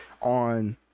on